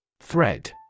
Thread